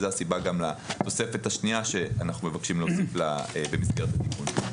זו גם הסיבה לתוספת השנייה שאנחנו מבקשים להוסיף במסגרת הטיפול.